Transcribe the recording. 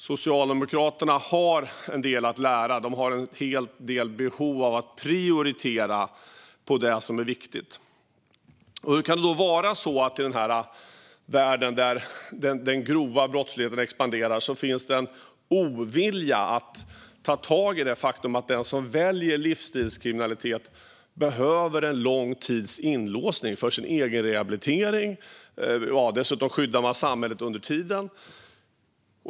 Socialdemokraterna har en hel del att lära och behöver prioritera det som är viktigt. Hur kan det vara så att det i en värld där den grova brottsligheten expanderar finns en ovilja att ta tag i det faktum att den som väljer livsstilskriminalitet behöver en lång tids inlåsning för sin egen rehabilitering? Då skyddas dessutom samhället under tiden.